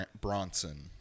Bronson